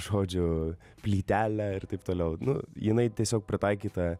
žodžiu plytelę ir taip toliau nu jinai tiesiog pritaikyta